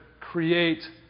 create